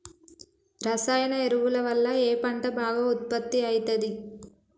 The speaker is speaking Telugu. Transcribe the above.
రసాయన ఎరువుల వల్ల ఏ పంట బాగా ఉత్పత్తి అయితది?